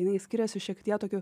jinai skiriasi šiek tiek tokiu